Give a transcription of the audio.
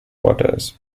waters